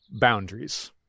boundaries